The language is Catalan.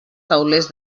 taulers